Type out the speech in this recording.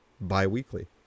bi-weekly